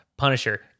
punisher